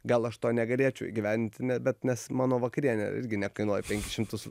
gal aš to negalėčiau įgyvendinti ne bet nes mano vakarienė irgi nekainuoja penkis šimtus